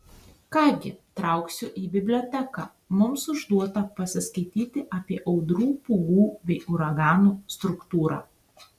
ką gi trauksiu į biblioteką mums užduota pasiskaityti apie audrų pūgų bei uraganų struktūrą